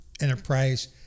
enterprise